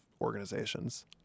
organizations